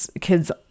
kid's